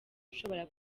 ishobora